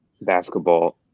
basketball